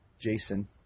Jason